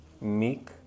meek